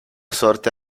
sorte